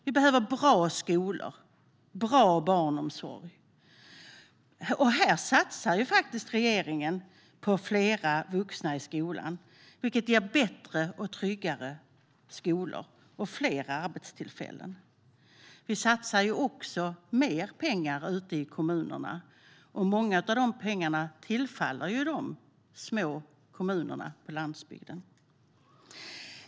Vi behöver bra skolor och bra barnomsorg, och här satsar faktiskt regeringen på fler vuxna i skolan, vilket ger bättre och tryggare skolor och fler arbetstillfällen. Vi satsar också mer pengar ute i kommunerna. Mycket tillfaller de små kommunerna på landsbygden.